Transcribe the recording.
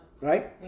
right